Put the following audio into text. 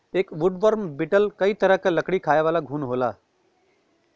एक woodworm beetle कई तरह क लकड़ी खायेवाला घुन होला